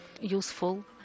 useful